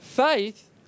Faith